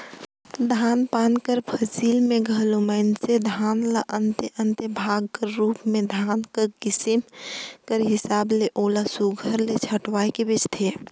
धान पान कर फसिल में घलो मइनसे धान ल अन्ते अन्ते भाग कर रूप में धान कर किसिम कर हिसाब ले ओला सुग्घर ले छांएट के बेंचथें